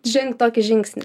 žengt tokį žingsnį